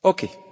Okay